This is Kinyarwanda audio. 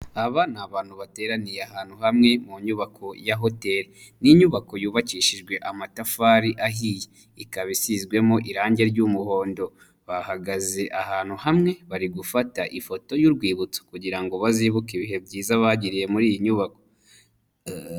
Aba ni abantu bateraniye ahantu hamwe mu nyubako ya hoteri, ni inyubako yubakishijwe amatafari ahiye, ikaba isizwemo irange ry'umuhondo bahagaze ahantu hamwe bari gufata ifoto y'urwibutso kugira ngo bazibuke ibihe byiza bagiriye muri iyi nyubako.